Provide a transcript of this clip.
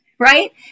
right